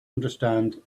understand